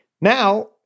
Now